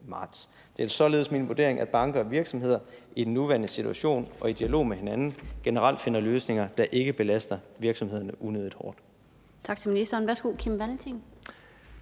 Det er således min vurdering, at banker og virksomheder i den nuværende situation og i dialog med hinanden generelt finder løsninger, der ikke belaster virksomhederne unødigt hårdt.